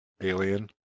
alien